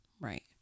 Right